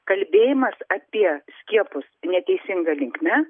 kalbėjimas apie skiepus neteisinga linkme